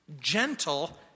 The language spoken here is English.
gentle